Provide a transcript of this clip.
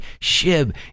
Shib